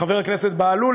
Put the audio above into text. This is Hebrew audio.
חבר הכנסת בהלול,